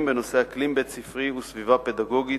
בנושא אקלים בית-ספרי וסביבה פדגוגית,